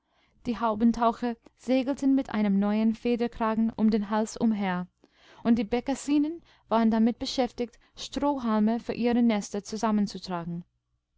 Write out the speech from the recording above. die haubentaucher segelten mit einem neuen federkragen um den hals umher und die bekassinen waren damit beschäftigt strohhalme für ihre nester zusammenzutragen